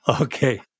Okay